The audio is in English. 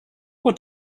what